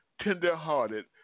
tender-hearted